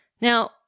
Now